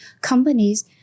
companies